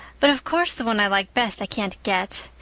but, of course, the one i like best i can't get.